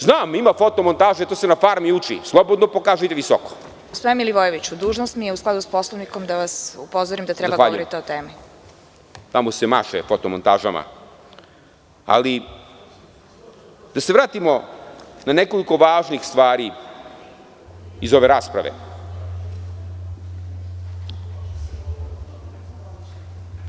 Znam ima fotomontaže, to se na farmi uči, slobodno pokažite visoko. (Predsedavajuća: Gospodine Milivojeviću, dužnost mi je, u skladu s Poslovnikom, da vas upozorim da treba da govorite o temi.) Tamo se maše fotomontažama, ali da se vratimo na nekoliko važnih stvari iz ove rasprave.